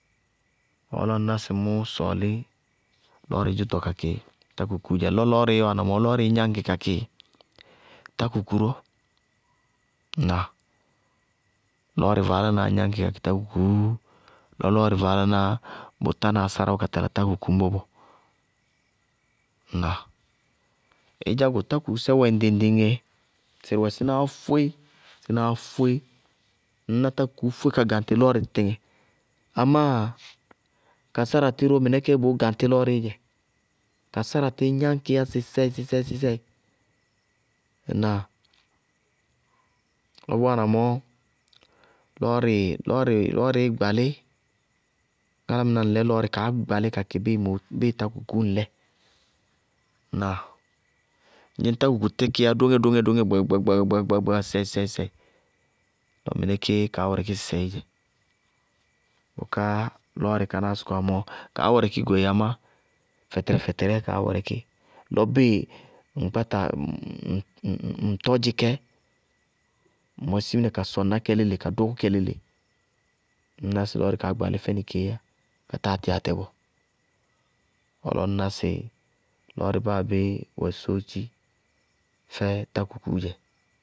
Bɔɔ lɔɔ ŋná sɩ mʋ sɔɔlɩ lɔɔrɩ ka kɩ tákukuú dzɛ. Lɔ lɔɔrɩí wáana mɔɔ lɔɔrɩɩ gnáñkɩ kakɩ tákukuú ró. Ŋnáa? Lɔɔrɩ vaálanáa gnáñkɩ kakɩ tákukuú lɔ lɔɔrɩ vaálaná bʋ tána ásáráwʋ ka tala tákuku ñbɔ bɔɔ. Ŋnáa? Ɩdzá go tákukusɛ wɛ ŋɖɩŋ-ŋɖɩŋñ éé ŋñná sɩrɩ sínáá fóe. ŋñná tákukuú fóé ka gaŋtɩ lɔɔrɩ tɩtɩŋɛ amáa ka sáratɩ ró mɩnɛkéé bʋʋ gaŋtɩ lɔɔrɩ dzɛ. Ka sárstíí gnáñkɩí yá sɩsɛɩsɩsɛɩ ŋnáa? Lɔ bʋ wáana mɔɔ lɔɔrɩɩ gbalí. Álámɩná bíɩ ŋ lɛ lɔɔrɩ bʋʋ gbalí kakɩ bíɩ tákukuú ŋlɛɛ. Ŋdzɩñ tákuku tíkɩíyá dóŋɛ-dóŋɛ kpakakpaka sɩsɛɩsɩsɛɩ lɔ mɩnɛkéé kaá wɛrɛkɩ sɩsɛɩɩ dzɛ, bʋká lɔɔrɩ kánáá sɔkɔwá mɔɔ, kaá wɛrɛkɩ goéé amá fɛtɛrɛ-fɛtɛrɛɛ kaá wɛrɛkɩ. Lɔ bíɩ ŋ kpáta ŋ tɔdzɩ kɛ ŋ mɔsɩ simina ka sɔŋná kɛ léle-léle ka dɔkʋ kɛ léle, ŋñ ná sɩ kaá gbalí fɛnɩ kéé yá ka táa tɩ atɛ bɔɔ. Bɔɔ lɔɔ ŋñná lɔɔrɩ báa bé wɛ sóótchi na tákukuú dzɛ.